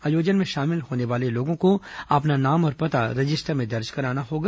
आयोजन में शामिल होने वाले लोगों को अपना नाम और पता रजिस्टर में दर्ज कराना होगा